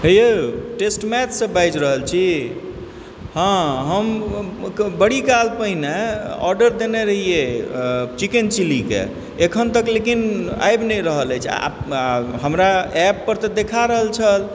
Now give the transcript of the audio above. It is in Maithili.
हेयौ टेस्टमैचसँ बाजि रहल छी हँ हम बड़ी काल पहिने आर्डर देने रहियै चिकेन चिलीके एखन तक लेकिन आबि नहि रहल अछि आ हमरा ऐप पर तऽ देखा रहल छल